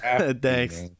Thanks